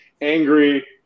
angry